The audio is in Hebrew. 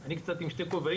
אני קצת עם שני כובעים,